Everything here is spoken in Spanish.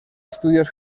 estudios